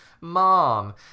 mom